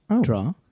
draw